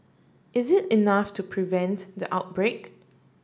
is it enough to prevent the outbreak